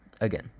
again